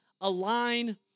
align